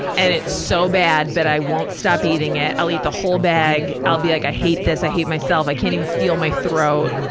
and it's so bad, that but i won't stop eating it. i'll eat the whole bag. i'll be like, i hate this. i hate myself. i can't even feel my throat.